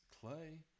clay